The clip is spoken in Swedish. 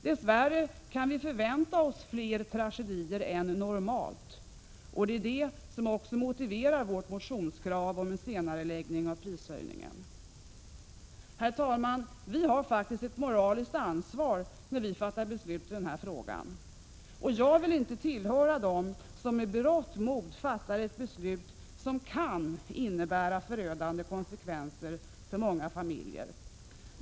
Dess värre kan vi förvänta oss fler tragedier än ”normalt”, och det är detta som motiverar vårt motionskrav om en senareläggning av prishöjningen. Herr talman! Vi har faktiskt ett moraliskt ansvar när vi fattar beslut i denna fråga. Jag vill inte tillhöra dem som med berått mod fattar ett beslut som kan innebära förödande konsekvenser för många familjer.